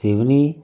Seoni